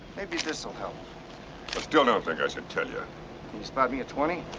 maybe this will help. i still don't think i should tell ya. can you spot me a twenty?